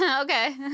Okay